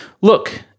Look